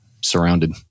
surrounded